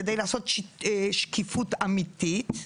כדי לעשות שקיפות אמיתית,